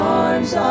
arms